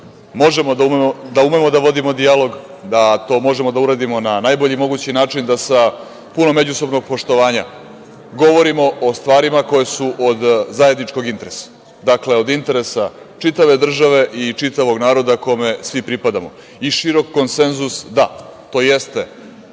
možemo, da umemo da vodimo dijalog, da to možemo da uradimo na najbolji mogući način da sa puno međusobnog poštovanja. Govorimo o stvarima koje su od zajedničkog interesa. Dakle, od interesa čitave države i čitavog naroda kome svi pripadamo. Širi konsenzus, da, to jeste,